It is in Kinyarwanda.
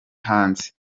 hanze